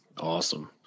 Awesome